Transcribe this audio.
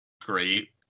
great